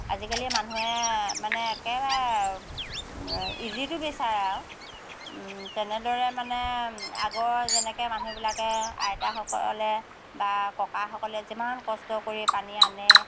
আজিকালি মানুহে মানে একেবাৰে আৰু ইজিটো বিচাৰে আৰু তেনেদৰে মানে আগৰ যেনেকৈ মানুহবিলাকে আইতাসকলে বা ককাসকলে যিমান কষ্ট কৰি পানী আনে